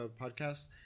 podcasts